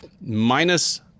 minus